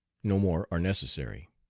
no more are necessary.